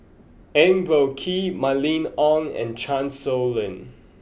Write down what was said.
Eng Boh Kee Mylene Ong and Chan Sow Lin